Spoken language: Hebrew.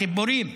בחיבורים.